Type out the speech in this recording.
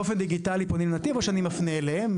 באופן דיגיטלי פונים לנתיב או שאני מפנה אליהם.